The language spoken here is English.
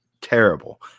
terrible